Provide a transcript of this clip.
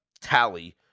tally